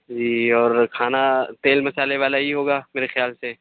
جی اور کھانا تیل مصالحے والا ہی ہوگا میرے خیال سے